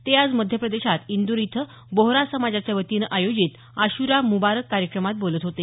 ते आज मध्य प्रदेशात इंद्र इथं बोहरा समाजाच्या वतीनं आयोजित आश्रा मुबारक कार्यक्रमात बोलत होते